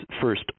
first